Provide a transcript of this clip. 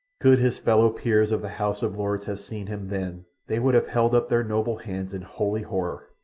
could his fellow-peers of the house of lords have seen him then they would have held up their noble hands in holy horror.